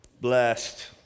blessed